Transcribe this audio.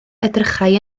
edrychai